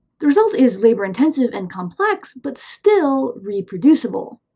the result is labor-intensive and complex, but still reproducible.